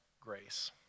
grace